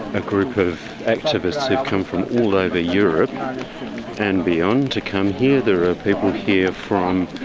a group of activists who have come from all over europe and beyond to come here. there are people here from